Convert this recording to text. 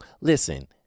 Listen